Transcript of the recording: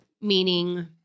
meaning